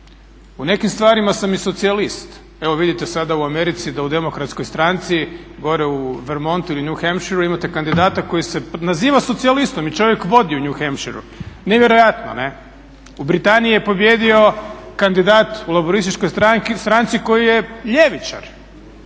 u nekim stvarima sam i socijalist, evo vidite sada u Americi da u demokratskoj stranci gore u Vermontu ili u New Hampshiru imate kandidata koji se naziva socijalistom i čovjek vodi u New Hampshiru, nevjerojatno ne. U Britaniji je pobijedio kandidat u laburističkoj stranci koji je ljevičar,